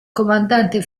comandante